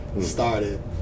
started